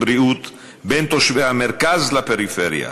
בריאות בין תושבי המרכז והפריפריה